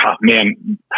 Man